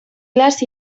glass